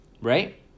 right